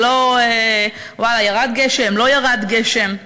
זה לא, ואללה, ירד גשם, לא ירד גשם.